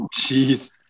Jeez